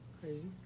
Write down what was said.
crazy